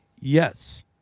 yes